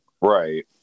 Right